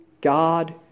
God